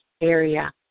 area